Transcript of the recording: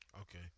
okay